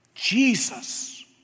Jesus